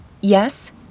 Yes